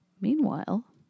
Meanwhile